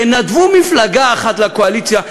תנדבו מפלגה אחת לקואליציה,